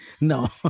No